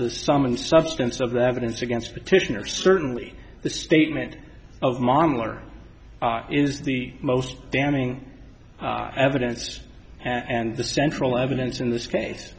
the sum and substance of the evidence against petitioners certainly the statement of modeler is the most damning evidence and the central evidence in this case